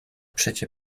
przecie